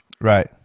Right